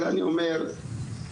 לכן אני אומר תמשיכו,